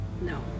No